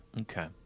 Okay